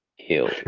killed,